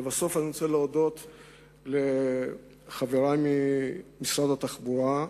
לבסוף, אני רוצה להודות לחברי ממשרד התחבורה,